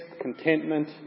contentment